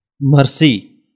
mercy